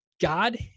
God